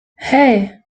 hey